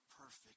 Perfect